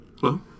hello